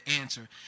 answer